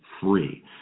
free